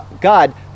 God